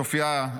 צופיה,